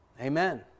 Amen